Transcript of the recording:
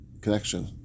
connection